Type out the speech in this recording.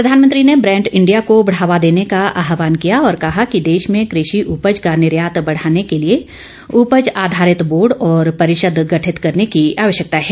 प्रधानमंत्री ने brand India को बढ़ावा देने का आहवान किया और कहा कि देश में क्रषि उपज का निर्यात बढ़ाने के लिए उपज आधारित बोर्ड और परिषद गठित करने की आवश्यकता है